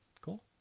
Cool